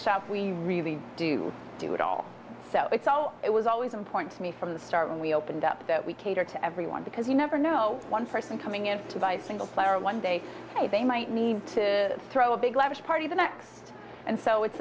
shop we really do do it all so it so it was always important to me from the start when we opened up that we cater to everyone because you never know one person coming in to buy a single platter one day they might need to throw a big lavish party the next and so it's